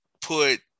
put